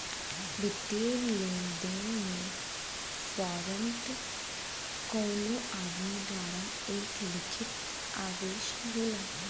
वित्तीय लेनदेन में वारंट कउनो आदमी द्वारा एक लिखित आदेश होला